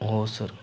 हो सर